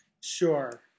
sure